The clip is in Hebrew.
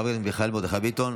של חבר הכנסת מיכאל מרדכי ביטון,